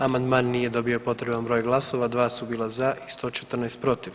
Amandman nije dobio potreban glasova, 2 su bila za i 114 protiv.